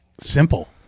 Simple